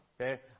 Okay